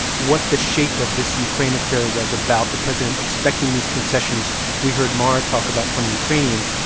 what the shape of this ukraine affair was about, the president expecting these concessions we heard mara talk about from the ukrainians.